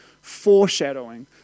foreshadowing